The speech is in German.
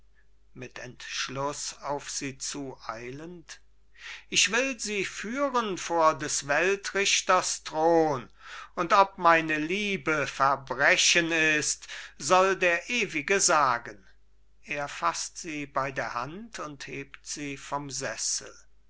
ich will sie führen vor des weltrichters thron und ob meine liebe verbrechen ist soll der ewige sagen er faßt sie bei der hand und hebt sie vom sessel